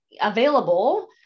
available